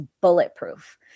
bulletproof